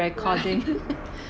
yeah